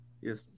Yes